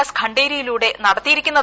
S ഖണ്ഡേരിയിലൂടെ നടത്തിയിരിക്കുന്നത്